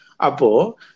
Apo